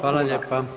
Hvala lijepa.